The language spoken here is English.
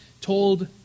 told